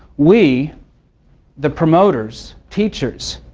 we the promoters, teachers,